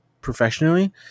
professionally